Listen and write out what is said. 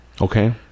Okay